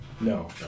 No